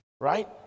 Right